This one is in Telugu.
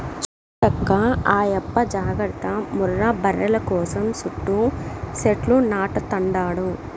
చూడక్కా ఆయప్ప జాగర్త ముర్రా బర్రెల కోసం సుట్టూ సెట్లు నాటతండాడు